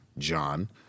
john